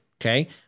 Okay